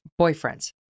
boyfriends